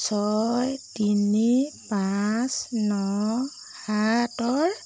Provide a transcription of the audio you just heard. ছয় তিনি পাঁচ ন সাতৰ